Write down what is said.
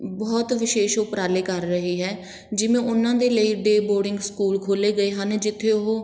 ਬਹੁਤ ਵਿਸ਼ੇਸ਼ ਉਪਰਾਲੇ ਕਰ ਰਹੀ ਹੈ ਜਿਵੇਂ ਉਹਨਾਂ ਦੇ ਲਈ ਡੇ ਬੋਰਡਿੰਗ ਸਕੂਲ ਖੋਲ੍ਹੇ ਗਏ ਹਨ ਜਿੱਥੇ ਉਹ